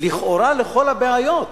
לכל הבעיות,